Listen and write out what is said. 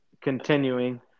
continuing